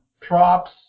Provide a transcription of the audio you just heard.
Props